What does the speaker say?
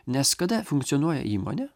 nes kada funkcionuoja įmonė